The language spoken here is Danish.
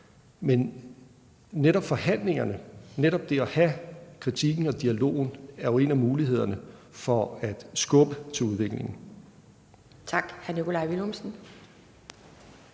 Men netop forhandlingerne, netop det at have kritikken og dialogen er jo en af mulighederne for at skubbe til udviklingen. Kl. 13:23 Formanden